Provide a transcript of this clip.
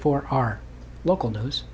for our local news